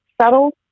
subtle